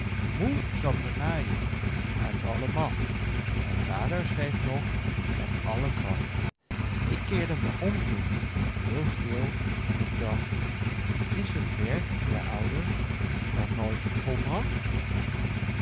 moe zat te naaien uit alle macht en vader schreef nog met alle kracht ik keerde me om toen heel stil en k dacht is t werk der ouders dan nooit volbracht